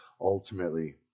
ultimately